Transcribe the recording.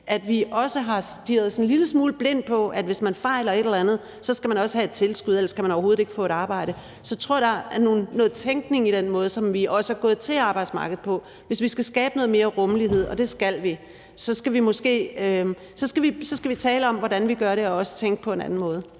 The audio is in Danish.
at vi også har stirret os en lille smule blinde på det her med, at man skal man have et tilskud, hvis man fejler et eller andet, for ellers kan man overhovedet ikke få et arbejde. Så jeg tror, at der er noget med, hvordan vi tænker, og den måde, som vi også er gået til arbejdsmarkedet på. Hvis vi skal skabe noget mere rummelighed, og det skal vi, skal vi tale om, hvordan vi gør det, og også tænke på en anden måde.